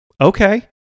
okay